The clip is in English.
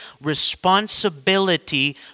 responsibility